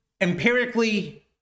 empirically